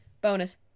Bonus